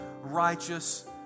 righteous